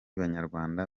banyarwanda